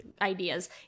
ideas